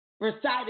reciting